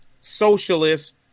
Socialist